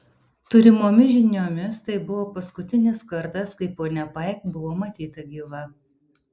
turimomis žiniomis tai buvo paskutinis kartas kai ponia paik buvo matyta gyva